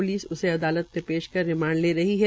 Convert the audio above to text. police उसे अदालत मे पेशकर रिमांड ले रही है